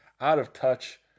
out-of-touch